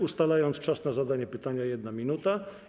Ustalałam czas na zadanie pytania - 1 minuta.